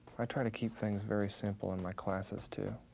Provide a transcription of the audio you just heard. i try to keep things very simple in my classes, too.